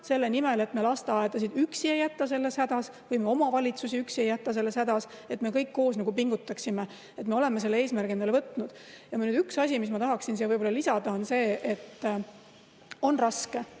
selle nimel, et me lasteaedasid üksi ei jäta selles hädas või me omavalitsusi üksi ei jäta selles hädas, et me kõik koos pingutaksime. Me oleme selle eesmärgi endale võtnud. Ja nüüd üks asi, mida ma tahaksin siia võib‑olla lisada, on see, et on raske,